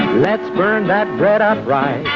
let's burn that red up, ryan.